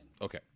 okay